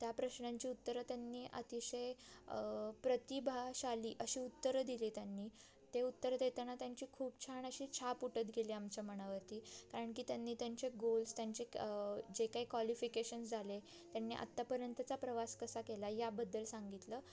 त्या प्रश्नांची उत्तरं त्यांनी अतिशय प्रतिभाशाली अशी उत्तरं दिली त्यांनी ते उत्तरं देताना त्यांची खूप छान अशी छाप उठत गेली आमच्या मनावरती कारण की त्यांनी त्यांचे गोल्स त्यांचे जे काही क्वालिफिकेशन्स झाले त्यांनी आत्तापर्यंतचा प्रवास कसा केला याबद्दल सांगितलं